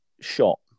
shot